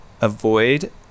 avoid